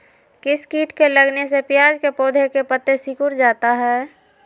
किस किट के लगने से प्याज के पौधे के पत्ते सिकुड़ जाता है?